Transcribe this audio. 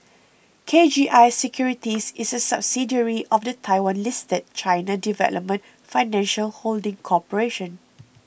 K G I Securities is a subsidiary of the Taiwan listed China Development Financial Holding Corporation